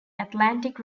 atlantic